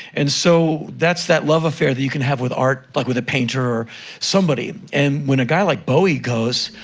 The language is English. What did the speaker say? and so, that's that love affair that you can have with art, like with a painter or somebody. and when a guy like bowie goes,